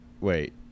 wait